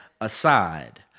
aside